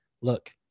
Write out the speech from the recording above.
look